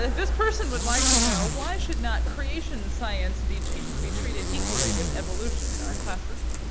this person would like to know why should not creation science be treated be treated equally with evolution in our classrooms?